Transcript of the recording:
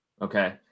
Okay